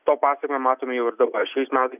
to pasekmę matome jau ir dabar šiais metais